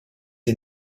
est